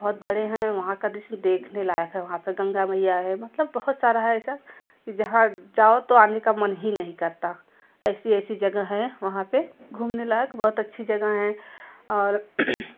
बहुत बड़े हैं वहाँ का दृश्य देखने लायक है वहाँ पे गंगा मैया है मतलब बहुत सारा है ऐसा कि जहाँ जाओ तो आने का मन ही नहीं करता ऐसी ऐसी जगह हैं वहाँ पे घूमने लायक बहुत अच्छी जगह हैं और